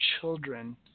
children